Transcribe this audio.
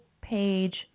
page